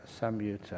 Samyutta